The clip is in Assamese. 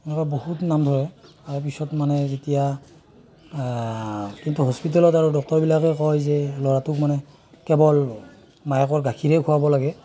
এনেকুৱা বহুত নাম ধৰে তাৰপিছত মানে যেতিয়া কিন্তু হস্পিটেলত আৰু ডক্তৰবিলাকে কয় যে ল'ৰাটোক মানে কেৱল মাকৰ গাখীৰে খুৱাব লাগে